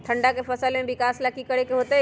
ठंडा में फसल के विकास ला की करे के होतै?